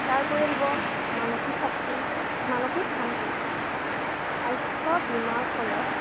তাৰপৰি আহিব মানসিক শক্তি মানসিক শান্তি স্বাস্থ্য বীমাৰ ফলত